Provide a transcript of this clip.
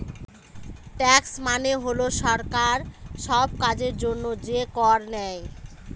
tax মানে হল সরকার সব কাজের জন্য যে কর নেয়